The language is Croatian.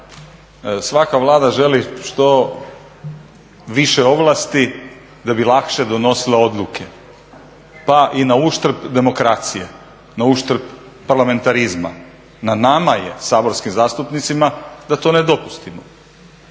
svaka Vlada želi što više ovlasti da bi lakše donosila odluke, pa i na uštrb demokracije, na uštrb parlamentarizma. Na nama je saborskim zastupnicima da to ne dopustimo